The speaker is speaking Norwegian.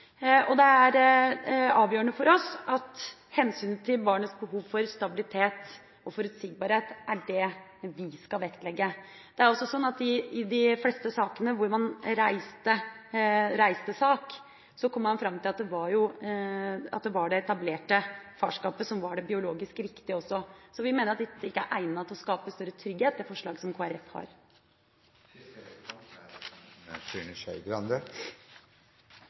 Det er avgjørende for oss at hensynet til barnets behov for stabilitet og forutsigbarhet er det vi skal vektlegge. I de fleste sakene hvor man har reist sak, kom man fram til at det var det etablerte farskapet som var det biologisk riktige også. Så vi mener at forslaget fra Kristelig Folkeparti og Fremskrittspartiet ikke er egnet til å skape større trygghet. Det er litt trist for statsråden at vi har